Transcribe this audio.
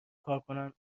کارکنان